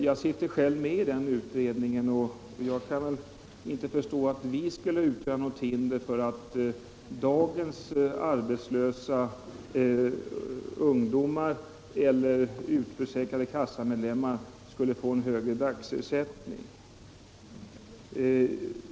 Jag sitter själv med i utredningen i fråga, och jag kan inte förstå att vårt arbete skulle utgöra något hinder för att dagens arbeslösa eller utförsäkrade kassamedlemmar skulle få en förbättrad dagsersättning.